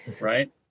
right